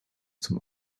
zum